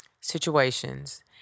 situations